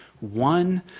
one